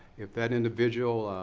if that individual,